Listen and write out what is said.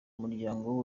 umuryango